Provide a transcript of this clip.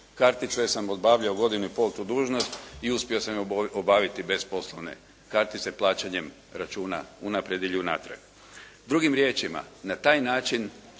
karticu jer sam obavljao godinu i pol tu dužnost i uspio sam je obaviti bez poslovne kartice plaćanjem računa unaprijed ili unatrag.